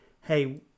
hey